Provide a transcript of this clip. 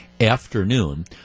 afternoon